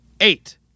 Eight